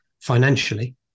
financially